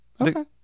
Okay